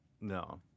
No